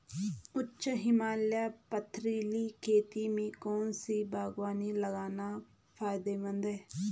उच्च हिमालयी पथरीली खेती में कौन सी बागवानी लगाना फायदेमंद है?